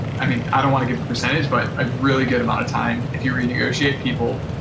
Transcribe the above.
i mean, i don't want to give a percentage, but a really good amount of time, if you renegotiate people,